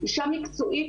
אישה מקצועית,